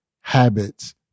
habits